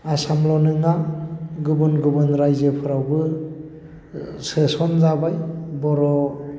आसामल' नङा गुबुन गुबुन रायजोफ्रावबो सोसनजाबाय बर'